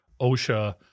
OSHA